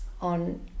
on